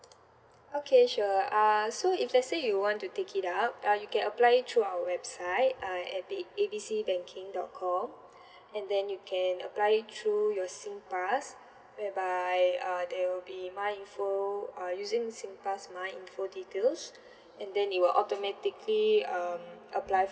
okay sure uh so if let say you want to take it out now you can apply it through our website uh at the A B C banking dot com and then you can apply it through your Singpass whereby uh there will be my info or using Singpass myinfo details and then it will automatically um apply